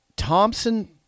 Thompson